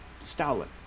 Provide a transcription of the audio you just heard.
Stalin